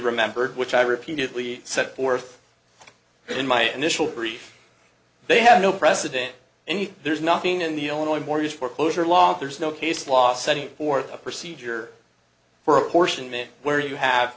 remembered which i repeatedly set forth in my initial brief they have no president and there's nothing in the illinois mortgage foreclosure law there's no case law setting or a procedure for apportionment where you have